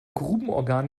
grubenorgan